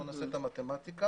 נעשה את המתמטיקה,